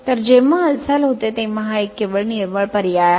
तर जेव्हा हालचाल होते तेव्हा हा एक निव्वळ पर्याय आहे